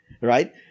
right